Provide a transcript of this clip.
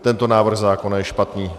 Tento návrh zákona je špatný.